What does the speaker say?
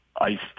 iced